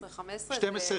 15-12,